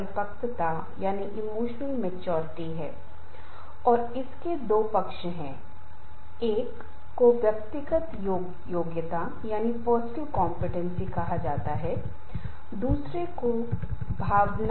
आप जानते हैं कि संघर्ष एक ऐसा क्षेत्र है जिसमें आम तौर पर लोग कुछ बहुत नकारात्मक देखते हैं इसलिए लोग इसकी सराहना नहीं करते हैं कोई भी संघर्ष नहीं करना चाहता है कोई भी यह नहीं चाहेगा कि हमारे बीच टकराव हो